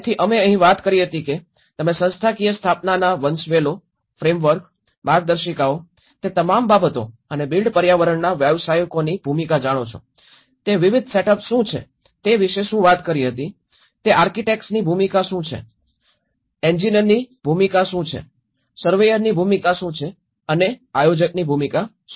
તેથી અમે અહીં વાત કરી હતી કે તમે સંસ્થાકીય સ્થાપનાના વંશવેલો ફ્રેમવર્ક માર્ગદર્શિકાઓ તે તમામ બાબતો અને બિલ્ટ પર્યાવરણના વ્યાવસાયિકોની ભૂમિકા જાણો છો તે વિવિધ સેટઅપ્સ શું છે તે વિશે શું વાત કરી હતી તે આર્કિટેક્ટની ભૂમિકા શું છે શું છે એન્જિનિયરની ભૂમિકા સર્વેયરની ભૂમિકા શું છે અને આયોજકની ભૂમિકા શું છે